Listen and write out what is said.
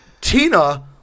Tina